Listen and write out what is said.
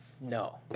no